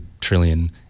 trillion